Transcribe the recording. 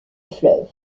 fleuve